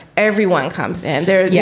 everyone comes and they're, yeah